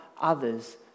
others